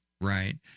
right